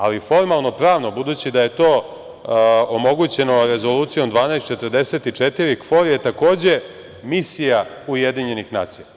Ali, formalno-pravno, budući da je to omogućeno Rezolucijom 1244, KFOR je takođe misija UN.